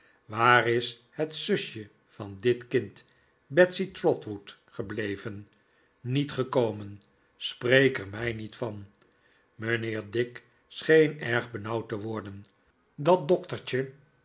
waar is het zusje van dit kind betsey trotwood gebleven niet gekomen spreek er mij niet van mijnheer dick scheen erg benauwd te worden dat doktertje